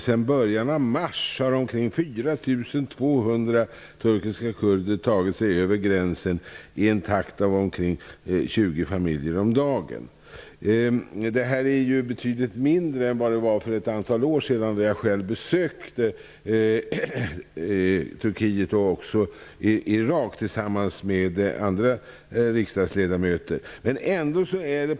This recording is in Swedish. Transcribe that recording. Sedan början av mars har ca 4 200 turkiska kurder tagit sig över gränsen i en takt av ca 20 familjer om dagen. Antalet är betydligt mindre än vad det var för några år sedan då jag tillsammans med andra riksdagsledamöter besökte Turkiet och Irak.